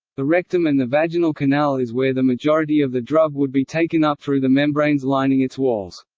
the rectum and the vaginal canal is where the majority of the drug would be taken up through the membranes lining its walls.